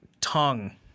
tongue